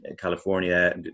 California